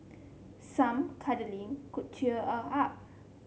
some cuddling could cheer her up